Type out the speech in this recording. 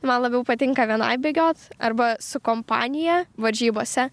man labiau patinka vienai bėgiot arba su kompanija varžybose